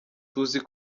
tuzi